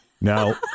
Now